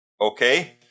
Okay